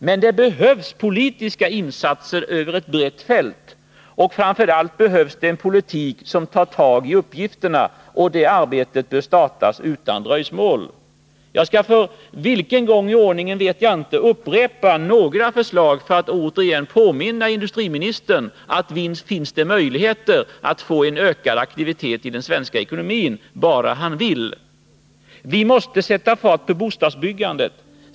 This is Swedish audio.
Men det behövs politiska insatser över ett brett fält, och framför allt behövs det en politik som tar tag i uppgifterna. Det arbetet bör startas utan dröjsmål. Jag skall — för vilken gång i ordningen vet jag inte — upprepa några förslag för att återigen påminna industriministern om att visst finns det möjligheter att få en ökad aktivitet i den svenska ekonomin, bara han vill: Vi måste sätta fart på bostadsbyggandet.